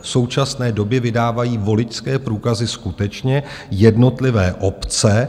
V současné době vydávají voličské průkazy skutečně jednotlivé obce.